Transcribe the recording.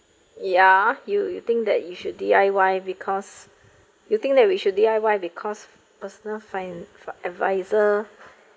ya you you think that you should D_I_Y because you think that we should D_I_Y because personal fin~ adviser